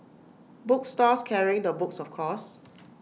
book stores carrying the books of course